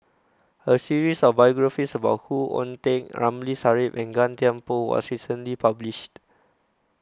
A series of biographies about Khoo Oon Teik Ramli Sarip and Gan Thiam Poh was recently published